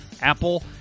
Apple